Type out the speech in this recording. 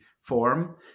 form